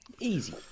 Easy